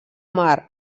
mar